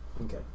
Okay